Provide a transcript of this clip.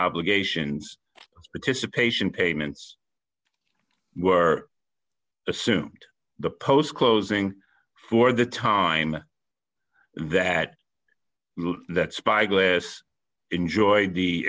obligations participation payments were assumed the post closing for the time that that spyglass enjoyed the